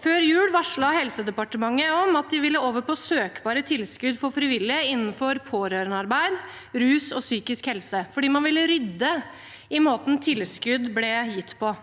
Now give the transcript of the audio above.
Før jul varslet Helsedepartementet at de ville over på søkbare tilskudd for frivillige innenfor pårørendearbeid, rus og psykisk helse fordi man ville rydde i måten tilskudd ble gitt på.